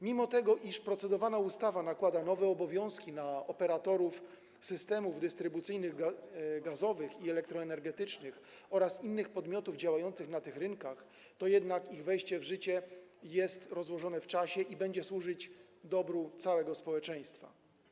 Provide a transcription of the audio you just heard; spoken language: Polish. Mimo że procedowana ustawa nakłada nowe obowiązki na operatorów systemów dystrybucyjnych gazowych i elektroenergetycznych oraz innych podmiotów działających na tych rynkach, ich wejście w życie jest jednak rozłożone w czasie i będzie służyć dobru całego społeczeństwa.